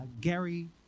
Gary